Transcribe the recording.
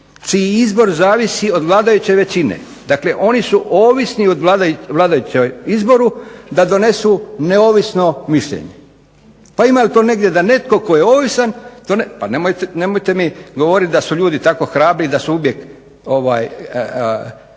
čiji izbor zavisi od vladajuće većine, dakle oni su ovisni o vladajućem izboru da donesu neovisno mišljenje. Pa ima li to negdje da netko tko je ovisan, pa nemojte mi govoriti da su ljudi tako hrabri i da su uvijek